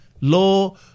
Law